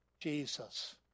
Jesus